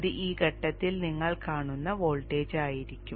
അത് ഈ ഘട്ടത്തിൽ നിങ്ങൾ കാണുന്ന വോൾട്ടേജ് ആയിരിക്കും